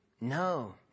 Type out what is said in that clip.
no